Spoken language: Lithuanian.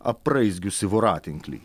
apraizgiusį voratinklį